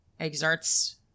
exerts